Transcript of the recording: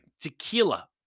Tequila